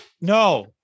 No